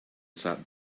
sat